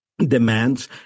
Demands